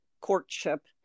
courtship